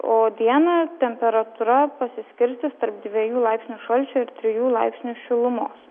o dieną temperatūra pasiskirstys tarp dviejų laipsnių šalčio ir trijų laipsnių šilumos